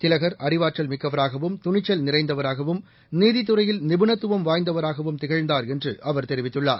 திலகர் அறிவாற்றல் மிக்கவராகவும் துணிச்சல் நிறைந்தவராகவும் நீதித்துறையில் நிபுணத்துவம் வாய்ந்தவராகவும் திகழ்ந்தார் என்றுஅவர் தெரிவித்துள்ளார்